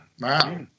Wow